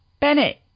Bennett